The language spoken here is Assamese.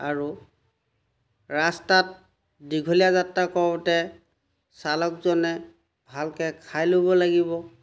আৰু ৰাস্তাত দীঘলীয়া যাত্ৰা কৰোঁতে চালকজনে ভালকৈ খাই ল'ব লাগিব